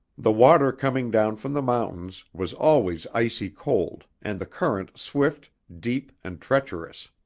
the water coming down from the mountains, was always icy cold and the current swift, deep, and treacherous.